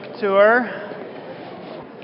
tour